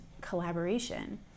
collaboration